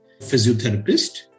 physiotherapist